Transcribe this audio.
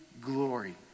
glory